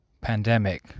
Pandemic